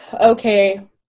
okay